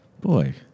Boy